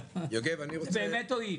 באמת טועים.